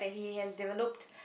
that he has developed